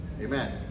Amen